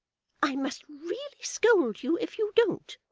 i must really scold you if you don't